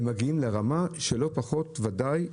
והם מגיעים לרמה של לא פחות ודאי,